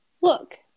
Look